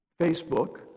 Facebook